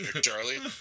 Charlie